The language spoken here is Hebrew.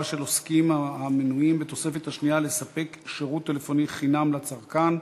של עוסקים המנויים בתוספת השנייה לספק שירות טלפוני חינם לצרכן),